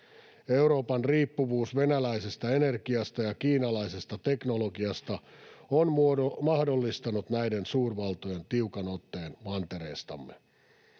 Euroopan riippuvuus venäläisestä energiasta ja kiinalaisesta teknologiasta on mahdollistanut näiden suurvaltojen tiukan otteen mantereestamme.